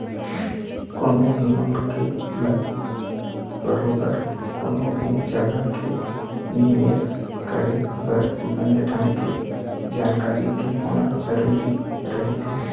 कोनो भी मनखे ल बरोबर कोनो भी जघा के निवेश करे बर बने ढंग के जानकारी के होना जरुरी रहिथे